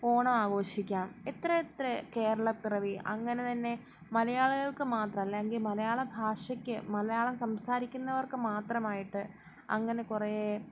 ഓണം ആഘോഷിക്കാം എത്ര എത്ര കേരളപ്പിറവി അങ്ങനെ തന്നെ മലയാളികൾക്കു മാത്രം അല്ലെങ്കില് മലയാള ഭാഷയ്ക്ക് മലയാളം സംസാരിക്കുന്നവർക്കു മാത്രമായിട്ട് അങ്ങനെ കുറേ